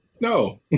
No